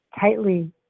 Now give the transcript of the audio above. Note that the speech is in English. tightly